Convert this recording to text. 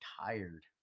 tired